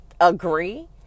agree